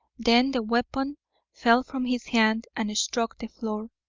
then the weapon fell from his hand and struck the floor,